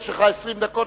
יש לך 20 דקות,